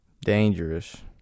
Dangerous